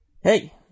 Hey